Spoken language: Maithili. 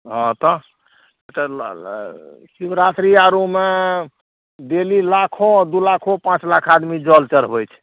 हँ तऽ शिवरात्रि आआरेमे डेली लाखो दुइ लाखो पाँच लाख आदमी जल चढ़बै छै